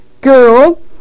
girl